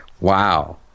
wow